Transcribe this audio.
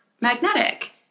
magnetic